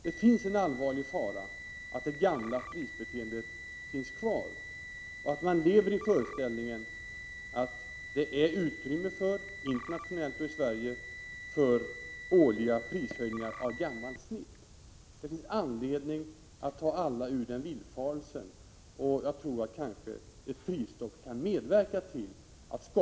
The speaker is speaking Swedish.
Det finns en allvarlig fara att det gamla prisbeteendet finns kvar och att man lever i föreställningen att det internationellt och i Sverige finns utrymme för årliga prishöjningar av gammalt snitt. Det finns anledning att ta alla ur den villfarelsen. Kanske ett prisstopp kan medverka till att skapa den förståelsen.